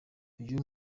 uyu